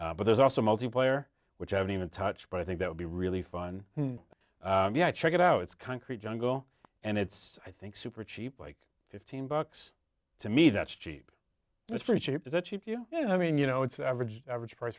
that but there's also multiplayer which i haven't even touched but i think that would be really fun yeah check it out it's concrete jungle and it's i think super cheap like fifteen bucks to me that's cheap it's very cheap cheap you know i mean you know it's average average price